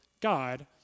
God